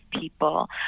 people